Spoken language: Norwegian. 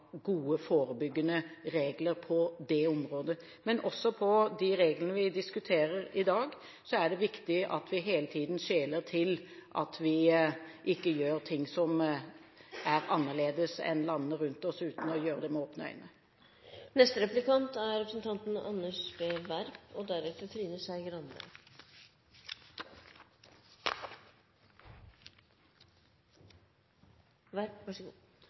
gode forebyggende regler på det området. Men også når det gjelder reglene vi diskuterer i dag, er det viktig at vi hele tiden skjeler til at vi ikke gjør ting som er annerledes enn landene rundt oss, uten å gjøre det med